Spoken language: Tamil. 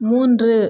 மூன்று